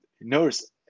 Notice